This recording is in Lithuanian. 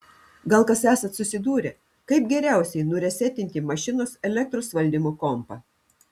gal kas esat susidūrę kaip geriausiai nuresetinti mašinos elektros valdymo kompą